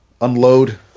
unload